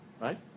Right